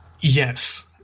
Yes